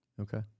Okay